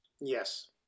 Yes